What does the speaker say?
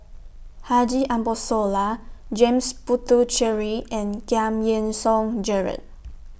Haji Ambo Sooloh James Puthucheary and Giam Yean Song Gerald